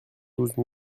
douze